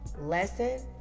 lesson